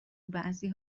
بعضی